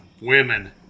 women